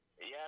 Yes